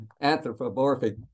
anthropomorphic